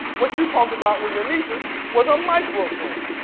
what you talking about with your nieces was a micro plan.